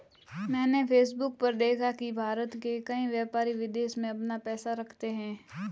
मैंने फेसबुक पर देखा की भारत के कई व्यापारी विदेश में अपना पैसा रखते हैं